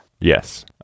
Yes